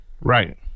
Right